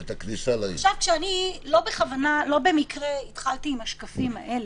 לא במקרה התחלתי עם השקפים האלה,